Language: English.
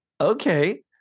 Okay